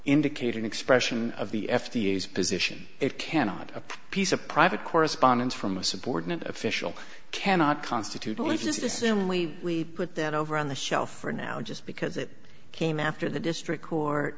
indicate an expression of the f d a is position it cannot a piece of private correspondence from a subordinate official cannot constitute only just assume we put that over on the shelf for now just because it came after the district court